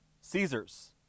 Caesar's